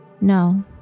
No